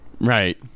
Right